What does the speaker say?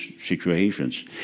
situations